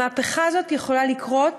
המהפכה הזאת יכולה לקרות